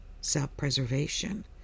self-preservation